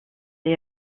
est